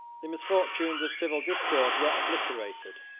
the misfortunes of civil discord were obliterated.